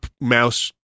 mouse